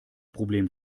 problem